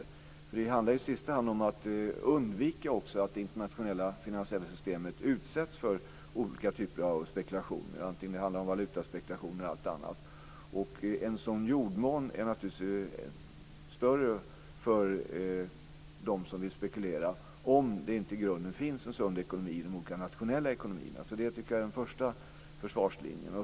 I sista hand handlar det ju också om att undvika att det internationella finansiella systemet utsätts för olika typer av spekulation, vare sig det handlar om valutaspekulationer eller det handlar om någonting annat. Jordmånen för det är naturligtvis bättre för dem som vill spekulera om det inte i grunden finns en sund ekonomi i de olika nationella ekonomierna. Det tycker jag är den första försvarslinjen.